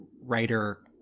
writer